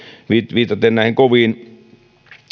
viitaten näihin koviin